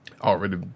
already